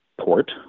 port